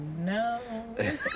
no